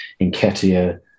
Inketia